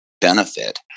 benefit